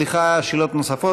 שאלות נוספות,